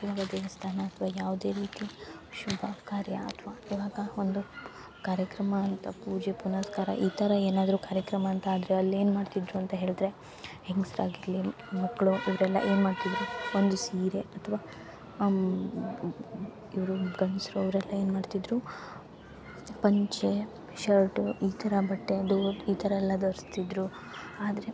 ಇವಗ ದೇವಸ್ಥಾನ ಅಥ್ವ ಯಾವುದೇ ರೀತಿಯ ಶುಭ ಕಾರ್ಯ ಅಥ್ವ ಇವಾಗ ಒಂದು ಕಾರ್ಯಕ್ರಮ ಅಂತ ಪೂಜೆ ಪುನಸ್ಕಾರ ಈ ಥರ ಏನಾದರು ಕಾರ್ಯಕ್ರಮ ಅಂತಾದರೆ ಅಲ್ಲಿ ಏನು ಮಾಡ್ತಿದ್ದರು ಅಂತ ಹೇಳ್ದ್ರೆ ಹೆಂಗಸ್ರು ಆಗಲಿ ಮಕ್ಕಳು ಇವರೆಲ್ಲ ಏನು ಮಾಡ್ತಿದ್ದರು ಒಂದು ಸೀರೆ ಅಥವ ಇವರು ಗಂಡಸ್ರು ಅವರೆಲ್ಲ ಏನು ಮಾಡ್ತಾ ಇದ್ದರು ಪಂಚೆ ಶರ್ಟ್ ಈ ಥರ ಬಟ್ಟೆ ಅದು ಈ ಥರ ಎಲ್ಲ ಧರಿಸ್ತಿದ್ದರು ಆದರೆ